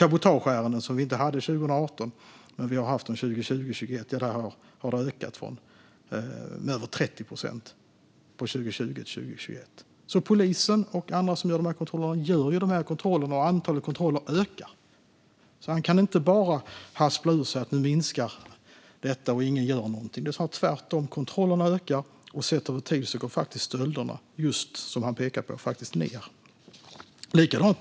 Cabotageärenden hade vi inte 2018, men det har vi haft 2020 och 2021, och där har det ökat med över 30 procent från 2020 till 2021. Polisen och andra som ansvarar för de här kontrollerna gör dem, och antalet ökar. Thomas Morell kan alltså inte bara haspla ur sig att detta minskar och att ingen gör någonting, för tvärtom ökar kontrollerna. Och sett över tid går just de stölder som han pekar på faktiskt ned i antal.